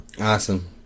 awesome